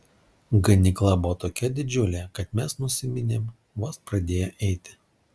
ganykla buvo tokia didžiulė kad mes nusiminėm vos pradėję eiti